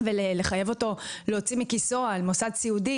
ולחייב אותו להוציא מכיסו על מוסד סיעודי